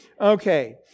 Okay